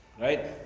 Right